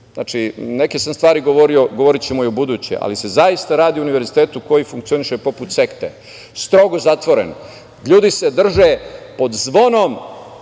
Znači, neke sam stvari govorio, govorićemo i ubuduće, ali se zaista radi o univerzitetu koji funkcioniše poput sekte, strogo zatvoren, ljudi se drže pod zvonom